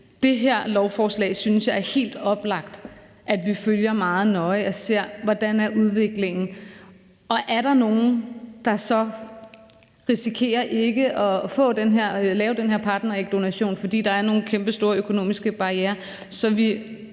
til. Jeg synes, det er helt oplagt, at vi følger det her lovforslag meget nøje og ser, hvordan udviklingen er. Er der nogle, der så risikerer ikke at lave den her partnerægdonation, fordi der er nogle kæmpestore økonomiske barrierer, så er